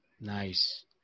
Nice